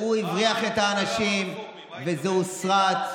הוא הבריח את האנשים וזה הוסרט.